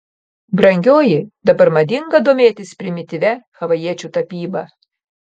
brangioji dabar madinga domėtis primityvia havajiečių tapyba